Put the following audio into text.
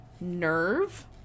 Nerve